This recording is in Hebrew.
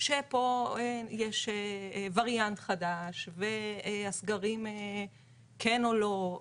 שפה יש וריאנט חדש והסגרים, כן או לא,